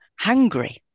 hungry